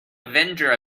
avenger